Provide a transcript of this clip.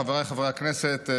חבריי חברי הכנסת,